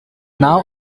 now